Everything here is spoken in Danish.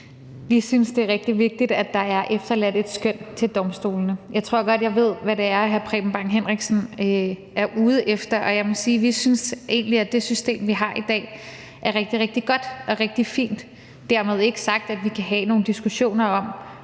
Vi synes, det er rigtig vigtigt, at der er efterladt et skøn til domstolene. Jeg tror godt, jeg ved, hvad det er, hr. Preben Bang Henriksen er ude efter, og jeg må sige, at vi egentlig synes, at det system, vi har i dag, er rigtig godt og rigtig fint. Dermed ikke sagt, at vi ikke kan have nogle diskussioner om,